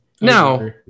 Now